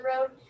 road